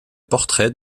portrait